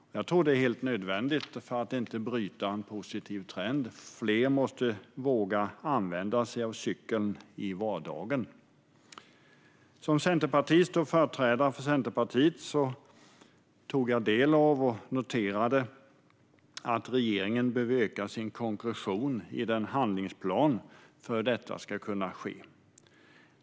Jag tror att det är helt nödvändigt för att inte bryta en positiv trend. Fler måste våga använda sig av cykeln i vardagen. Som företrädare för Centerpartiet noterade jag att regeringen behöver öka sin konkretion i handlingsplanen för hur detta ska kunna ske.